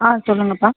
ஆ சொல்லுங்கப்பா